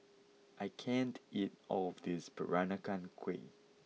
I can't eat all of this Peranakan Kueh